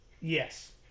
Yes